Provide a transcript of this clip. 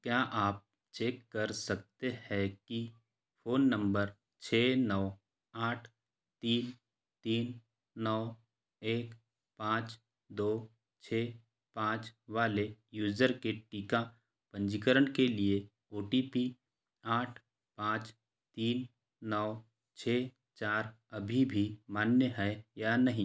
क्या आप चेक कर सकते है कि फ़ोन नंबर छः नौ आठ तीन तीन नौ एक पाँच दो छः पाँच वाले यूज़र के टीका पंजीकरण के लिए ओ टी पी आठ पाँच तीन नौ छः चार अभी भी मान्य है या नहीं